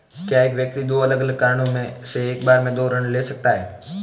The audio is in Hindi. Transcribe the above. क्या एक व्यक्ति दो अलग अलग कारणों से एक बार में दो ऋण ले सकता है?